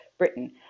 Britain